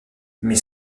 mais